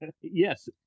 Yes